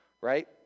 Right